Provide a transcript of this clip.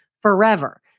forever